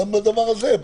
גם בדבר הזה,